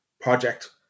project